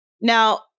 Now